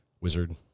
wizard